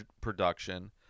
production